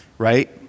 right